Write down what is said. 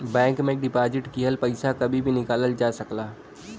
bank में deposit किहल पइसा कभी भी निकालल जा सकला